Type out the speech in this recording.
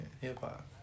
Hip-hop